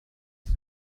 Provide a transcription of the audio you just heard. für